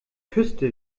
küste